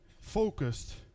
focused